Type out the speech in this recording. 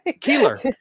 Keeler